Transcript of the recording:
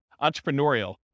entrepreneurial